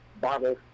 bottle